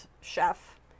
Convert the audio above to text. chef